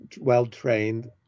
well-trained